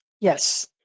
Yes